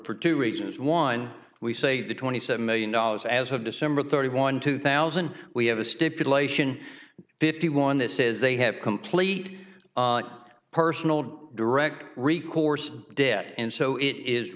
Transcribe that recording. for two reasons one we say the twenty seven million dollars as of december thirty one two thousand we have a stipulation fifty one that says they have complete personal direct recourse debt and so it i